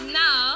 now